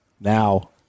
Now